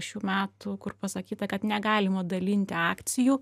šių metų kur pasakyta kad negalima dalinti akcijų